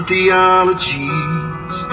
theologies